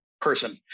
person